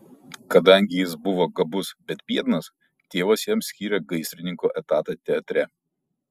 kadangi jis buvo gabus bet biednas tėvas jam skyrė gaisrininko etatą teatre